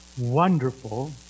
wonderful